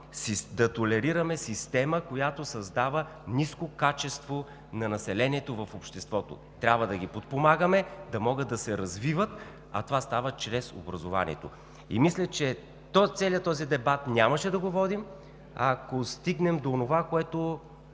да толерираме система, която създава ниско качество на населението в обществото. Трябва да ги подпомагаме да могат да се развиват, а това става чрез образованието. Мисля, че целият този дебат нямаше да го водим, ако стигнем до едно